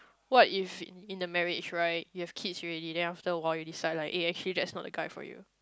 what if in the marriage right you have kids already then after awhile you decide like eh actually that's not the guy for you